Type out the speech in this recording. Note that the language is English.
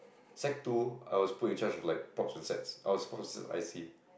sec two I was put in charge of like props and sets I was props I_C